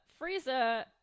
Frieza